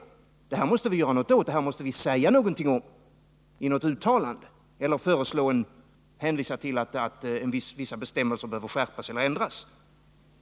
Det måste vi göra något åt, säga något om det i ett uttalande eller hänvisa till att vissa bestämmelser behöver skärpas eller ändras.